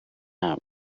out